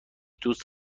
دوست